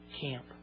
camp